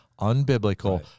unbiblical